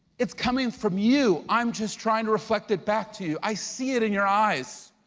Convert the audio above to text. it's coming from you. i'm just trying to reflect it back to you. i see it in your eyes.